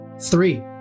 Three